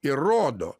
ir rodo